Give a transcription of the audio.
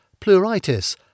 pleuritis